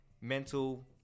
mental